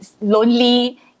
lonely